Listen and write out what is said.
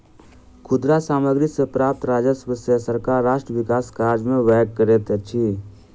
खुदरा सामग्री सॅ प्राप्त राजस्व सॅ सरकार राष्ट्र विकास कार्य में व्यय करैत अछि